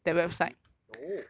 acade~ no